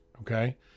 okay